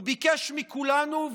הוא ביקש מכולנו,